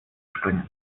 springen